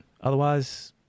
Otherwise